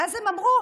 ואז הן אמרו: